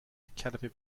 academy